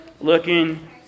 looking